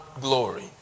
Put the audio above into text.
glory